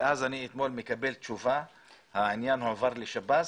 ואתמול קיבלתי תשובה האומרת שהעניין הועבר לשב"ס.